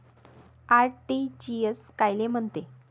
RTGS कायले म्हनते?